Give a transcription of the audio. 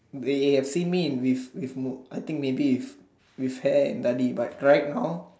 we uh think mean with with more I think may leave we see that may dry on